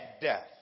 death